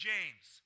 James